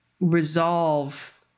resolve